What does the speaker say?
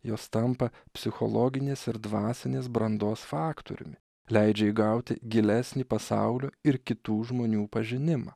jos tampa psichologinės ir dvasinės brandos faktoriumi leidžia įgauti gilesnį pasaulio ir kitų žmonių pažinimą